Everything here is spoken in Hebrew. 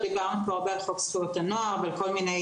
דיברנו פה הרבה על חוק זכויות הנוער ועל כל מיני